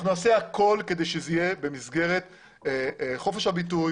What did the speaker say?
אנחנו נעשה הכול כדי שזה יהיה במסגרת חופש הביטוי